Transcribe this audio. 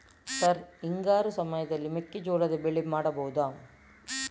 Sir ಹಿಂಗಾರು ಸಮಯದಲ್ಲಿ ಮೆಕ್ಕೆಜೋಳದ ಬೆಳೆ ಮಾಡಬಹುದಾ?